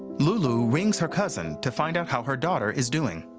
lulu rings her cousin to find out how her daughter is doing.